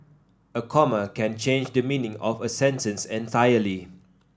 a comma can change the meaning of a sentence entirely